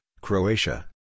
Croatia